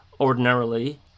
ordinarily